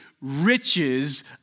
riches